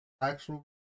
actual